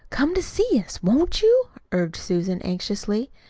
come to see us, won't you? urged susan anxiously.